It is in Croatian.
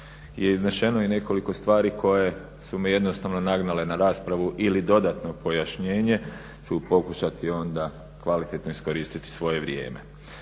je iznešeno i nekoliko stvari koje su me jednostavno nagnale na raspravu ili dodatno pojašnjenje ću pokušati onda kvalitetno iskoristiti svoje vrijeme.